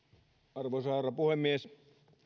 arvoisa herra puhemies